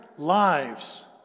lives